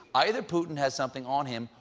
either putin has something on him,